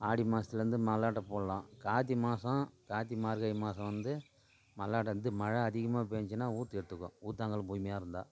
ஆடி மாசத்துலேருந்து மல்லாட்டை போடலாம் கார்த்திகை மாதம் கார்த்திகை மார்கழி மாதம் வந்து மல்லாட்டை வந்து மழை அதிகமாக பேய்ஞ்சிச்சினா ஊற்று எடுத்துக்கும் ஊத்தாங்கள் முழுமையாக இருந்தால்